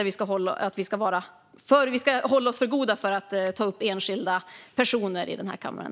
Vi ska också hålla oss för goda för att ta upp enskilda personer i debatten här i kammaren.